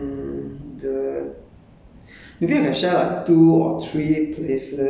share the x~ share the um the